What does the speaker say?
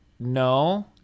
no